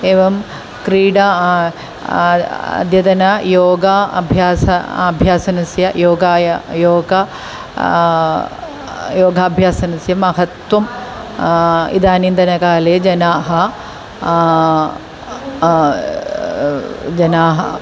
एवं क्रीडा अद्यतन योगाभ्यासः अभ्यासस्य योगस्य योगस्य योगाभ्यासस्य महत्वम् इदानीन्तनकाले जनाः जनाः